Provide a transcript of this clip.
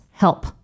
help